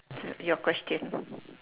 your question